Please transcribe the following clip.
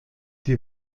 die